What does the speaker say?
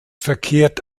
verkehrt